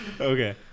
Okay